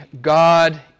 God